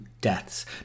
deaths